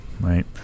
right